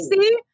see